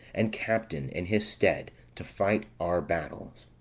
and captain, in his stead, to fight our battles.